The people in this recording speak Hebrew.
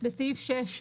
בסעיף 6,